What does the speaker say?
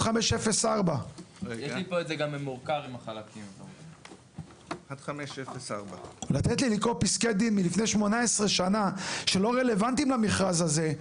1315/04. לתת לי לקרוא פסקי דין מלפני 18 שנה שלא רלוונטיים למכרז הזה,